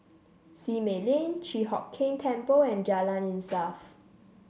Simei Lane Chi Hock Keng Temple and Jalan Insaf